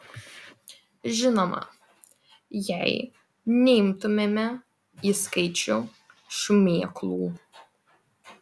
žinoma jei neimtumėme į skaičių šmėklų